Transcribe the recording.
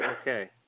Okay